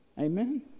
Amen